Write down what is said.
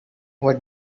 what